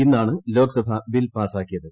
ഇന്നാണ് ലോക്സഭ ബിൽ പാസാക്കിയത്